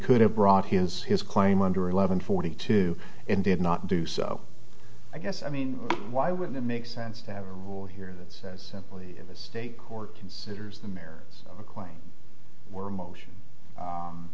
could have brought his his claim under eleven forty two and did not do so i guess i mean why wouldn't it make sense to have a rule here that says the state court considers them their claims were motion